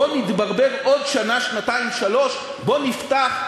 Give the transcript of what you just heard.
בוא נתברבר עוד שנה-שנתיים-שלוש, בוא נפתח.